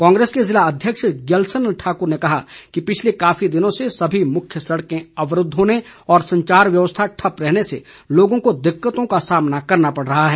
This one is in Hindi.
कांग्रेस के जिला अध्यक्ष ज्ञलसन ठाकुर ने कहा है कि पिछले काफी दिनों से सभी मुख्य सड़कें अवरूद्व होने और संचार व्यवस्था ठप्प रहने से लोगों को दिक्कतों का सामना करना पड़ रहा है